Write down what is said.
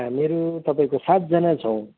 मेरो तपाईँको सातजना छौँ